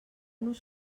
nos